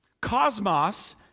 Cosmos